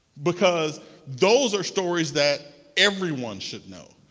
because those are stories that everyone should know,